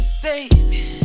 Baby